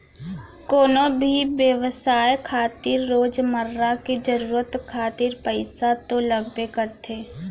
कोनो भी बेवसाय खातिर रोजमर्रा के जरुरत खातिर पइसा तो लगबे करथे